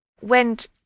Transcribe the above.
went